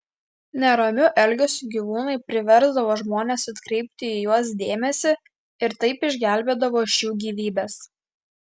neramiu elgesiu gyvūnai priversdavo žmones atkreipti į juos dėmesį ir taip išgelbėdavo šių gyvybes